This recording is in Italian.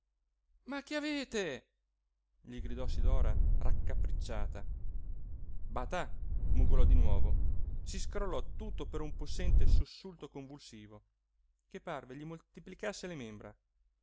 ma che avete gli gridò sidora raccapricciata batà mugolò di nuovo si scrollò tutto per un possente sussulto convulsivo che parve gli moltiplicasse le membra